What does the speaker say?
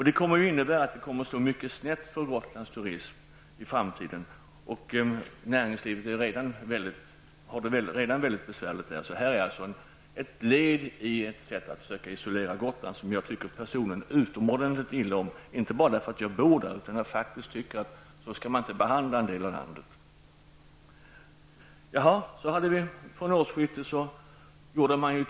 Det kommer att slå mycket snett för Gotlands turism i framtiden. Näringslivet har det redan mycket besvärligt där. Det här är ett led i ett sätt att försöka isolera Gotland, som jag personligen tycker utomordentligt illa om. Det är inte bara därför att jag bor där, utan därför jag tycker att man inte skall behandla en del av landet så. För det andra infördes moms på turism och restauranger.